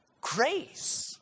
grace